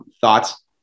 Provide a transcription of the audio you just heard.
thoughts